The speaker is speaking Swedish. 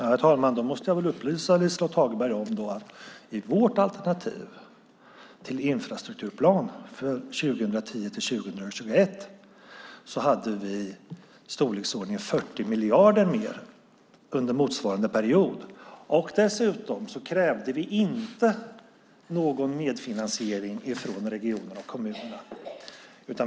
Herr talman! Då måste jag upplysa Liselott Hagberg om att vi i vårt alternativ till infrastrukturplan för 2010-2021 hade i storleksordningen 40 miljarder mer under motsvarande period. Dessutom krävde vi inte någon medfinansiering från regionerna och kommunerna.